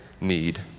need